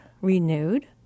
renewed